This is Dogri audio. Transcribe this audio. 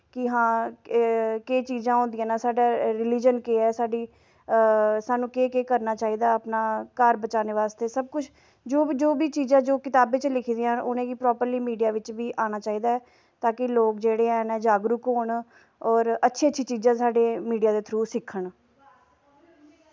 कि हां केह् चीज़ां होंदियां न साढ़ा रलिज़न केह् ऐ साढ़ी सानूं केह् केह् करना चाहिदा अपना घर बचाने बास्तै सब कुछ जो जो बी चीज़ां जो कताबें च लिखी दियां न उ'नें गी प्राप्रली मिडिया बिच्च बी आना चाहिदा ऐ तां कि लोग जेह्ड़े हैन जागरुक होन होर अच्छी अच्छी चीज़ां साढ़ी मीडिया दे थ्रू सिक्खन